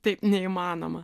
taip neįmanoma